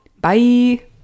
Bye